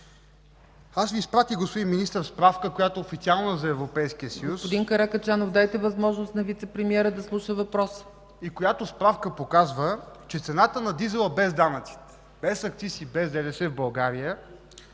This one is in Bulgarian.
Аз Ви изпратих, господин Министър, справка, която официално е за Европейския съюз и която показва, че цената на дизела, без данъците, без акциз и без ДДС в България